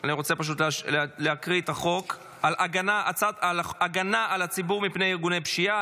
אני רוצה להקריא את השם: הצעת חוק הגנה על הציבור מפני ארגוני פשיעה,